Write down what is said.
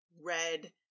red